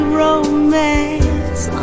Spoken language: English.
romance